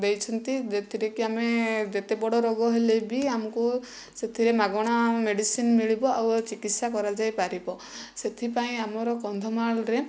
ଦେଇଛନ୍ତି ଯେଉଁଥିରେ କି ଆମେ ଯେତେ ବଡ଼ ରୋଗ ହେଲେ ବି ଆମକୁ ସେଥିରେ ମାଗଣା ମେଡ଼ିସିନ ମିଳିବ ଓ ଚିକିତ୍ସା କରାଯାଇ ପାରିବ ସେଥିପାଇଁ ଆମର କନ୍ଧମାଳରେ